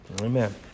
amen